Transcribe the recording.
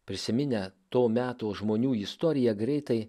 prisiminę to meto žmonių istoriją greitai